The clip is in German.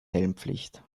helmpflicht